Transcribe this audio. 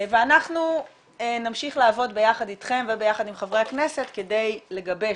אנחנו נמשיך לעבוד ביחד איתכם וביחד עם חברי הכנסת כדי לגבש